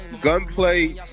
Gunplay